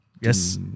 Yes